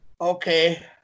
Okay